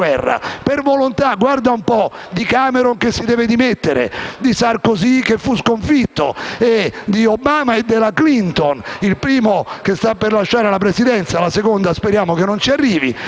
per volontà - guarda un po' - di Cameron, che si deve dimettere, di Sarkozy, che fu sconfitto, di Obama e della Clinton, il primo che sta per lasciare la Presidenza e la seconda che speriamo non ci arrivi.